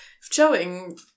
showing